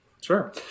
sure